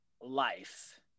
life